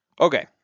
Okay